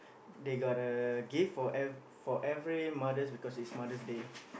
they got uh gift for ev~ for every mothers because it's Mother's Day